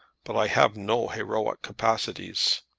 but i have no heroic capacities.